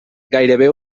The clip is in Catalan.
gairebé